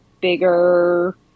bigger